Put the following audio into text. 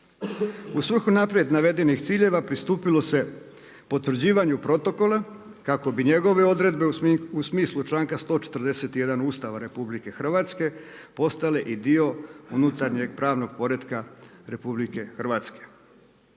U svrhu naprijed navedenih ciljeva pristupilo se potvrđivanju protokola kako bi njegove odredbe u smislu članka 141. Ustava RH postale i dio unutarnjeg pravnog poretka RH. Ovim protokolom